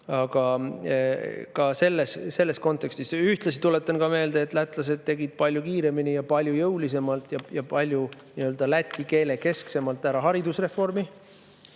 pöialt Putinile. Ühtlasi tuletan meelde, et lätlased tegid palju kiiremini, palju jõulisemalt ja palju läti keele kesksemalt ära haridusreformi.